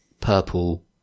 purple